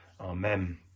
Amen